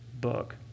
book